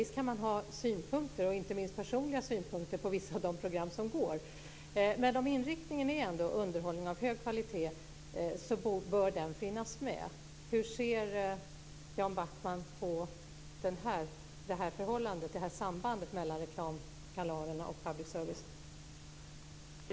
Visst kan man ha synpunkter, inte minst personliga synpunkter, på vissa av de program som går. Men om inriktningen ändå är underhållning av hög kvalitet så bör det här finnas med. Hur ser Jan Backman på det här sambandet mellan reklamkanalerna och public service?